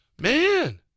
Man